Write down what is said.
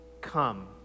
come